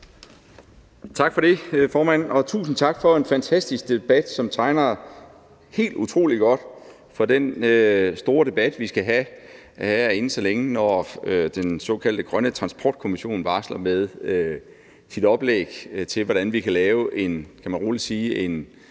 Tak for det, formand. Og tusind tak for en fantastisk debat, som tegner helt utrolig godt for den store debat, vi skal have her inden så længe, når den såkaldte grønne transportkommission varsler med sit oplæg til, hvordan vi kan lave en ikke bare strukturel